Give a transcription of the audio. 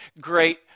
great